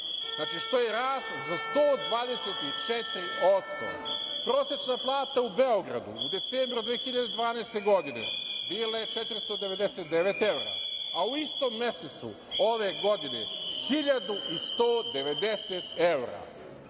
znači to je rast za 124%. Prosečna plata u Beogradu u decembru 2012. godine, bila je 499 evra, a u istom mesecu ove godine 1.190 evra,